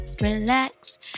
relax